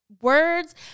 words